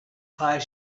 fire